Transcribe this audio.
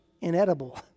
inedible